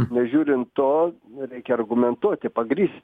nežiūrint to reikia argumentuoti pagrįst